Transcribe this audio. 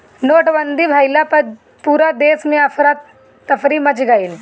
नोटबंदी भइला पअ पूरा देस में अफरा तफरी मच गईल